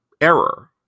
error